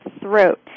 throat